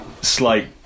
slight